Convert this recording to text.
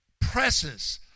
presses